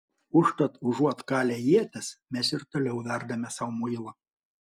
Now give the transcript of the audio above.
užtat užuot kalę ietis mes ir toliau verdame sau muilą